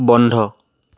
বন্ধ